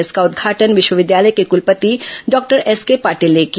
इसका उदघाटन विश्वविद्यालय के कलपति डॉक्टर एसके पाटील ने किया